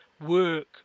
work